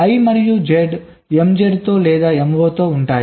I మరియు Z MZ తో లేదా MO తో ఉంటాయి